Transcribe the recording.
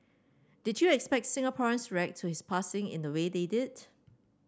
did you expect Singaporeans react to his passing in the way they did